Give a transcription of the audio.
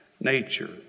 nature